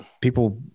people